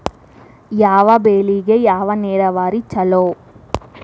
ಯಾವ ಬೆಳಿಗೆ ಯಾವ ನೇರಾವರಿ ಛಲೋ?